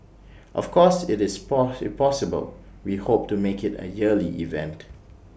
of course IT is if possible we hope to make IT A yearly event